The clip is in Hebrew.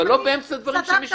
אבל לא באמצע הדברים כשמישהו מדבר.